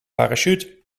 parachute